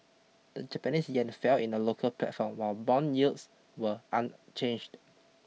the Japanese yen fell in the local platform while bond yields were unchanged